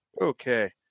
Okay